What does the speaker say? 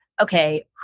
okay